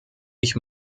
ich